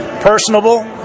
Personable